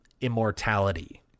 immortality